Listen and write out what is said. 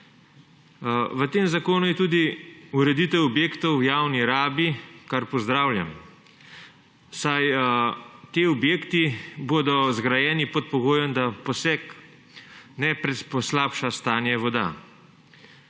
V tem zakonu je tudi ureditev objektov v javni rabi, kar pozdravljam, saj ti objekti bodo zgrajeni pod pogojem, da poseg ne poslabša stanja voda.